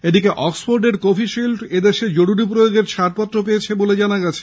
এদিকে অক্সফোর্ডের কোভিশিল্ড এদেশ জরুরী প্রয়োগের অনুমোদন পেয়েছে বলে জানা গেছে